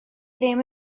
ddim